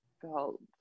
felt